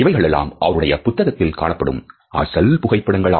இவைகளெல்லாம் அவருடைய புத்தகத்தில் காணப்படும் அசல் புகைப்படங்கள்